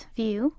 view